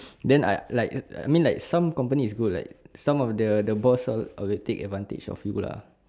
then I like I mean like some company is good like some of the the boss all will take advantage of you lah